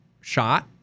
shot